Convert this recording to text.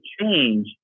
change